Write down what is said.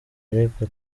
ariko